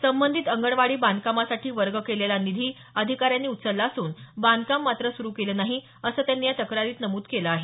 संबंधित अंगणवाडी बांधकामासाठी वर्ग केलेला निधी अधिकाऱ्यांनी उचलला असून बांधकाम मात्र सुरु केलं नाही असं त्यांनी तक्रारीत नमूद केलं आहे